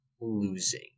losing